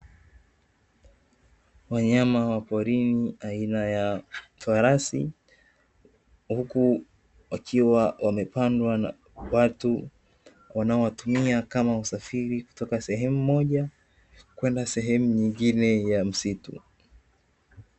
Wanyama wa porini aina ya farasi, huku wakiwa wamepandwa na watu wanaowatumia kama usafiri kutoka sehemu moja kwenda sehemu nyingine ya msitu.